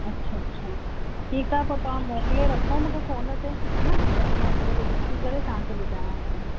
अच्छा अच्छा ठीकु आहे पोइ तव्हां मोकिले रखो मूंखे फ़ोन ते हा न त पोइ मां हिकु भेरो ॾिसंदड़ तव्हांखे ॿुधायांव थी